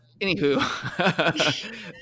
anywho